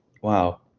Wow